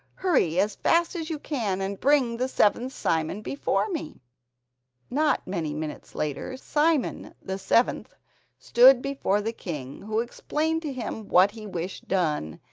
hurry as fast as you can and bring the seventh simon before me not many minutes later, simon the seventh stood before the king, who explained to him what he wished done,